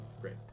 great